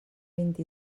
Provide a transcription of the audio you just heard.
vint